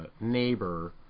neighbor